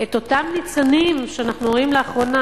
את אותם ניצנים שאנחנו רואים לאחרונה,